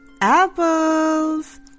Apples